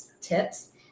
tips